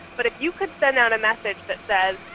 but if you could send out a message that says,